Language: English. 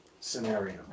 scenario